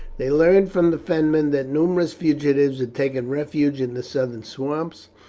they learned from the fenmen that numerous fugitives had taken refuge in the southern swamps,